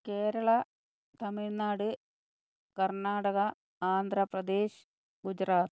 Kerala Tamil Nadu Karnataka Andhra Pradesh Gujarat